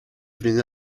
evening